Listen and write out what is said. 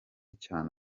cyane